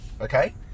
Okay